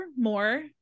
more